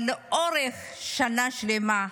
אבל לאורך שנה שלמה,